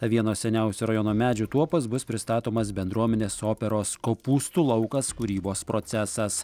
vieno seniausių rajono medžių tuopos bus pristatomas bendruomenės operos kopūstų laukas kūrybos procesas